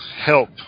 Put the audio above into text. help